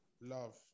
Love